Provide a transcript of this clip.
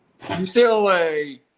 UCLA